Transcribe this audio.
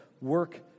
work